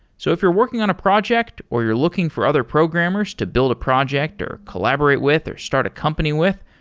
so if you're working on a project, or you're looking for other programmers to build a project, or collaborate with or start a company with,